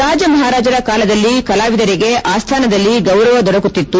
ರಾಜ ಮಹಾರಾಜರ ಕಾಲದಲ್ಲಿ ಕಲಾವಿದರಿಗೆ ಆಸ್ಥಾನದಲ್ಲಿ ಗೌರವ ದೊರಕುತ್ತಿತ್ತು